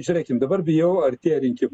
žiūrėkim dabar bijau artėja rinkimai